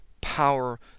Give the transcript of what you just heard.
power